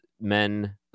men